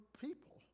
people